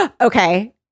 Okay